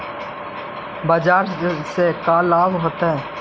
बाजार से का लाभ होता है?